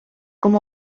com